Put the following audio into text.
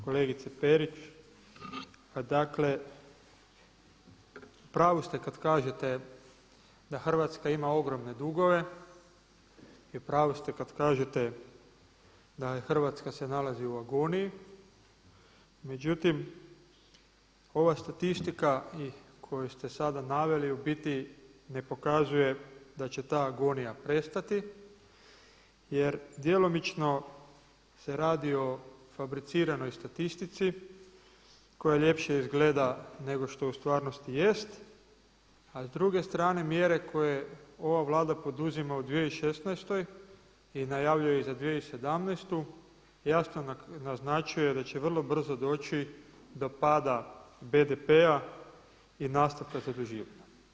Kolegice Perić, pa dakle u pravu ste kada kažete da Hrvatska ima ogromne dugove i u pravu ste kada kažete da se Hrvatska nalazi u agoniji međutim ova statistika koju ste sada naveli u biti ne pokazuje da će ta agonija prestati jer djelomično se radi o fabriciranoj statistici koja ljepše izgleda nego što u stvarnosti jest a s druge strane mjere koje ova Vlada poduzima u 2016. i najavljuje ih za 2017. jasno naznačuje da će vrlo brzo doći do pada PDV-a i nastavka zaduživanja.